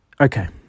Okay